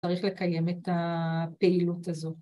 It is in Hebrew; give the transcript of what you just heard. ‫צריך לקיים את הפעילות הזאת.